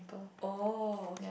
oh O K